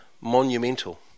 monumental